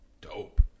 dope